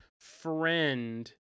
friend